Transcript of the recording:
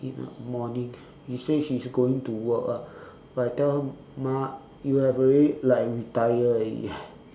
in the morning she said she's going to work ah but I tell her ma you have already like retire already eh